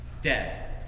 dead